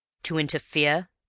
to interfere?